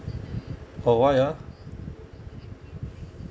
oh why ah